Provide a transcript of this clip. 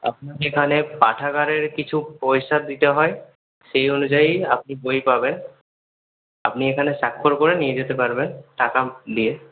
আপনার এখানে পাঠাগারে কিছু পয়সা দিতে হয় সেই অনুযায়ী আপনি বই পাবেন আপনি এখানে স্বাক্ষর করে নিয়ে যেতে পারবেন টাকা দিয়ে